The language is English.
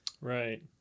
Right